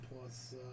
Plus